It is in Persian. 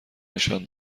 نشان